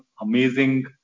amazing